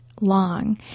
Long